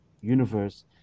universe